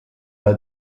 the